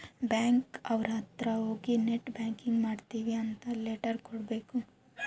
bank ಅವ್ರ ಅತ್ರ ಹೋಗಿ ನೆಟ್ ಬ್ಯಾಂಕಿಂಗ್ ಮಾಡ್ತೀವಿ ಅಂತ ಲೆಟರ್ ಕೊಡ್ಬೇಕು